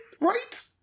right